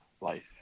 life